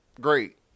Great